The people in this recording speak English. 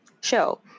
show